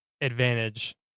advantage